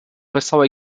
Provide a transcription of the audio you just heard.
wesołe